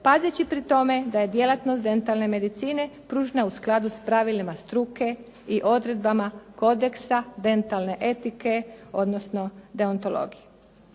pazeći pri tome da je djelatnost dentalne medicine pružena u skladu sa pravilima struke i odredbama kodeksa dentalne etike, odnosno deontologije.